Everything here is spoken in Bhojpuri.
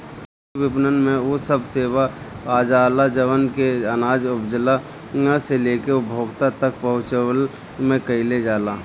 कृषि विपणन में उ सब सेवा आजाला जवन की अनाज उपजला से लेके उपभोक्ता तक पहुंचवला में कईल जाला